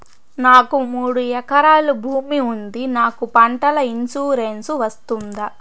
నాకు మూడు ఎకరాలు భూమి ఉంది నాకు పంటల ఇన్సూరెన్సు వస్తుందా?